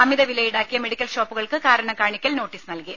അമിതവില ഈടാക്കിയ മെഡിക്കൽ ഷോപ്പുകൾക്ക് കാരണം കാണിക്കൽ നോട്ടീസ് നൽകി